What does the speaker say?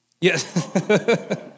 Yes